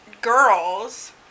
girls